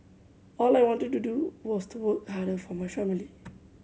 all I wanted to do was to work harder for my family